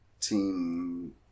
Team